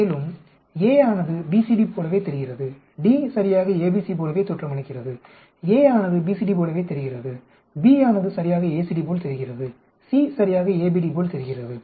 மேலும் A ஆனது BCD போலவே தெரிகிறது D சரியாக ABC போல தோற்றமளிக்கிறது A ஆனது BCD போலவே தெரிகிறது B ஆனது சரியாக ACD போல் தெரிகிறது C சரியாக ABD போல் தெரிகிறது